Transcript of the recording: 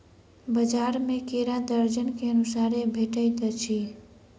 बजार में केरा दर्जन के अनुसारे भेटइत अछि